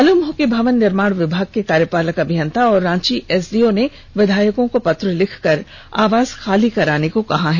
मालूम हो कि भवन निर्माण विभाग के कार्यपालक अभियंता और रांची एसडीओ ने विधायकों को पत्र लिखकर आवास खाली करने को कहा है